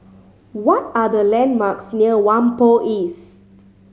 what are the landmarks near Whampoa East